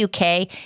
UK